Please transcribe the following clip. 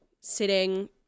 sitting